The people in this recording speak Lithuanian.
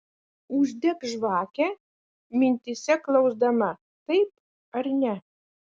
uždek žvakę mintyse klausdama taip ar ne